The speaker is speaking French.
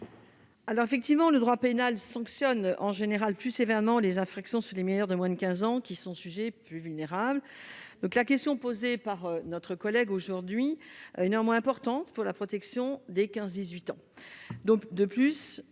Alors effectivement le droit pénal sanctionne en général plus sévèrement les infractions sur les mineurs de moins de 15 ans qui sont sujets plus vulnérables, donc la question posée par notre collègue aujourd'hui une heure moins importante pour la protection des 15 18 ans,